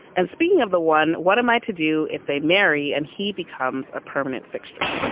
and speaking of the one. what am i to do if they marry and he becomes a permanent fixture?